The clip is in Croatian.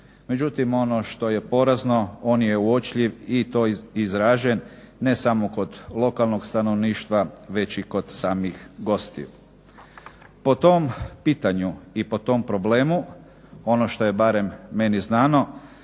međutim ono što je porazno on je uočljiv i to izražen ne samo kod lokalnog stanovništva već i kod samih gostiju. Po tom pitanju i po tom problemu ono što je barem meni znano